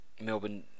Melbourne